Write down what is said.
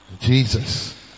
Jesus